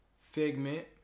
Figment